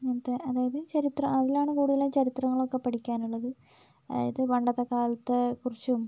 മറ്റേ അതായത് ചരിത്രം അതിലാണ് കൂടുതലും ചരിത്രമൊക്കെ പഠിക്കാനുള്ളത് അതായത് പണ്ടത്തെ കാലത്തെ കുറിച്ചും